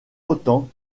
autant